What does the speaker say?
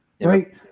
right